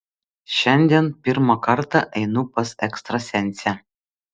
šiandien pirmą kartą einu pas ekstrasensę